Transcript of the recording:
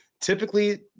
Typically